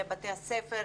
לבית הספר,